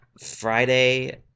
Friday